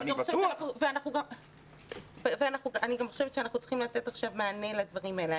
אני גם חושבת שאנחנו צריכים לתת עכשיו מענה לדברים האלה.